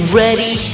ready